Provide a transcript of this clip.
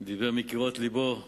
הוא דיבר מקירות לבו,